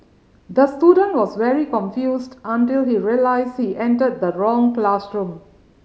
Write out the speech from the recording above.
the student was very confused until he realised he entered the wrong classroom